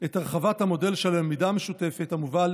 את הרחבת המודל של הלמידה המשותפת המובל